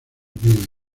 vídeos